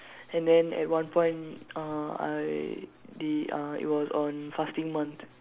and then at one point uh I the uh it was on fasting month